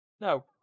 No